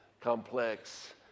Complex